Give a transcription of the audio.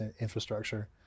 infrastructure